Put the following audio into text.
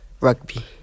Rugby